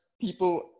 people